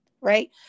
right